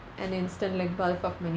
an instant like bulk of money